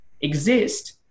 exist